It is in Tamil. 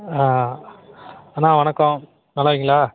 ஆ அண்ணா வணக்கம் நல்லாயிருக்கீங்களா